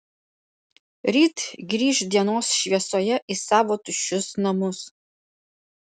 ryt grįš dienos šviesoje į savo tuščius namus